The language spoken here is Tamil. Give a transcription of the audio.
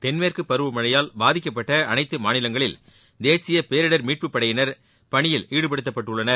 தென்மேற்குப் பருவமழையாயல் பாதிக்கப்பட்ட அனைத்து மாநிலங்களில் தேசிய பேரிடர் மீட்புப் படையினர் பணியில் ஈடுபடுத்தப்பட்டுள்ளனர்